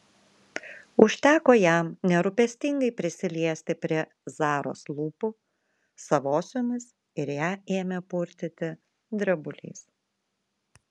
užteko jam nerūpestingai prisiliesti prie zaros lūpų savosiomis ir ją ėmė purtyti drebulys